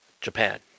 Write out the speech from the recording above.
Japan